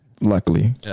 luckily